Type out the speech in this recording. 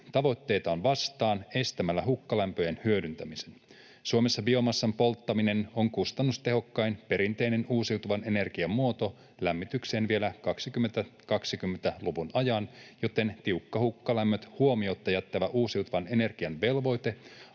tavoitettaan vastaan estämällä hukkalämpöjen hyödyntämisen. Suomessa biomassan polttaminen on kustannustehokkain perinteinen uusiutuvan energian muoto lämmitykseen vielä 2020-luvun ajan, joten tiukka hukkalämmöt huomiotta jättävä uusiutuvan energian velvoite